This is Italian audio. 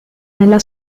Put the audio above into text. nella